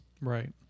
right